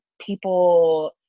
people